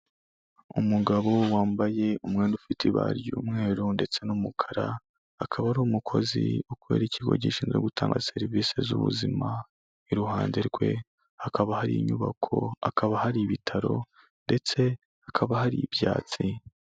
Umugabo wambaye umwenda ufite ibara ry'umweru ndetse n'umukara, akaba ari umukozi ukorera ikigo gishinzwe gutanga serivise z'ubuzima, iruhande rwe hakaba hari inyubako, akaba hari ibitaro, ndetse hakaba hari ibyatsi.